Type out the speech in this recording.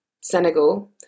Senegal